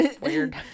Weird